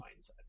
mindset